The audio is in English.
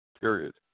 period